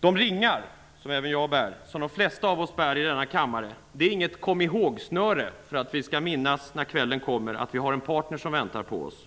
De ringar som jag och de flesta av oss i denna kammare bär är inget kom-ihåg-snöre för att vi, när kvällen kommer, skall minnas att vi har en partner som väntar på oss.